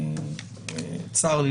צר לי,